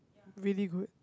really good